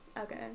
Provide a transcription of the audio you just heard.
Okay